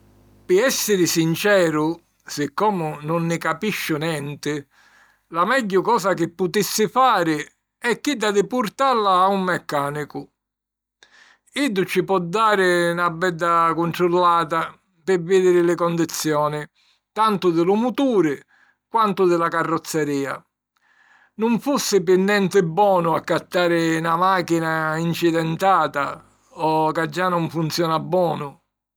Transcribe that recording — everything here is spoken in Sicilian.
Pi èssiri sinceru, siccomu nun nni capisciu nenti, la megghiu cosa chi putissi fari è chidda di purtalla a un meccànicu: iddu ci po dari na bedda cuntrullata pi vìdiri li condizzioni, tantu di lu muturi quantu di la carrozzerìa; nun fussi pi nenti bonu accattari na màchina incidentata o ca già non funziona bonu.